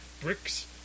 bricks